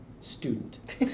student